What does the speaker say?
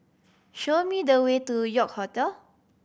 show me the way to York Hotel